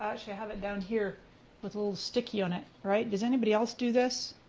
i have it down here with a little sticky on it. does anybody else do this,